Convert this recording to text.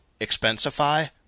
Expensify